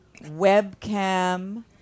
webcam